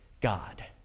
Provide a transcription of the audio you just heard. God